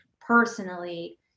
personally